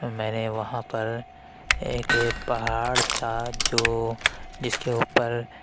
میں نے وہاں پر ایک یہ پہاڑ تھا جو جس کے اوپر